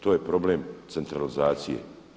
To je problem centralizacije.